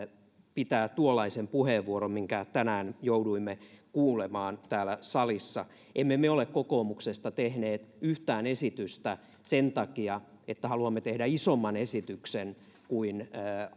pitää tuollaisen puheenvuoron minkä tänään jouduimme kuulemaan täällä salissa emme me ole kokoomuksesta tehneet yhtään esitystä sen takia että haluamme tehdä isomman esityksen kuin